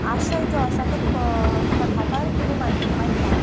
आशय जो आसा तो क कथाकार तितू माण मांडटा